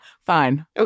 Fine